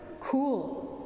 cool